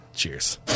cheers